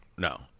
No